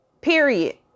period